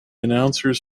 announcers